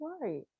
right